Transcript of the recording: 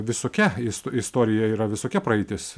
visokia ist istorija yra visokia praeitis